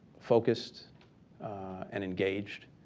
focused and engaged,